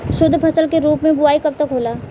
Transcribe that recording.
शुद्धफसल के रूप में बुआई कब तक होला?